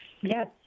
Yes